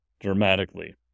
dramatically